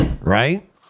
Right